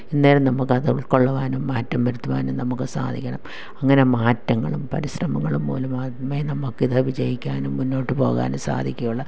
അന്നേരം നമുക്കത് ഉൾക്കൊള്ളുവാനും മാറ്റം വരുത്തുവാനും നമുക്ക് സാധിക്കണം അങ്ങനെ മാറ്റങ്ങളും പരിശ്രമങ്ങളും മൂലമാമേ നമുക്കിത് വിജയിക്കാനും മുന്നോട്ടു പോകാനും സാധിക്കുകയുള്ളൂ